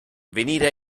venire